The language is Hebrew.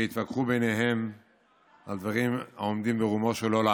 שהתווכחו ביניהם על דברים העומדים ברומו של עולם.